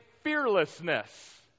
fearlessness